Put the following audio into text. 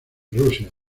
rusia